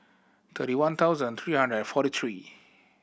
thirty one thousand three hundred and forty three